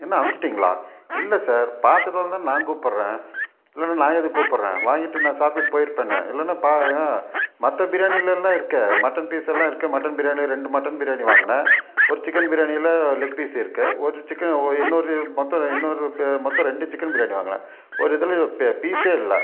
என்ன அமுச்சுட்டீங்களா இல்லை சார் பார்த்ததாலதான் நான் கூப்பிட்றேன் இல்லைன்னா நான் எதுக்கு கூப்பிட்றேன் வாங்கிட்டு நான் சாப்ட்டுட்டு போயிருப்பேனே இல்லைன்னா ப எ மற்ற பிரியாணியிலெலாம் இருக்கே மட்டன் பீஸெல்லாம் இருக்குது மட்டன் பிரியாணி ரெண்டு மட்டன் பிரியாணி வாங்கினேன் ஒரு சிக்கன் பிரியாணியில் ஒரு லெக்பீஸ் இருக்குது ஒரு சிக்கனில் ஒ இன்னொரு மொத்தம் இன்னொரு மொத்தம் ரெண்டு சிக்கன் பிரியாணி வாங்கினேன் ஒரு இதில் பெ பீஸே இல்லை